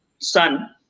son